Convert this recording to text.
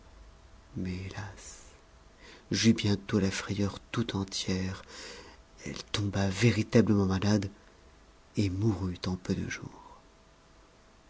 mais hé as j'eus bientôt la frayeur tout entière elle tomba véritablement malade et mourut en peu de jours